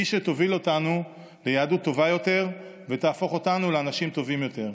היא שתוביל אותנו ליהדות טובה יותר ותהפוך אותנו לאנשים טובים יותר.